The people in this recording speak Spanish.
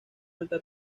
alta